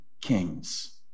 kings